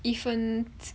一分